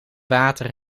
water